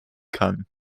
kann